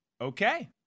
Okay